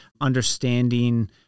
understanding